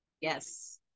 yes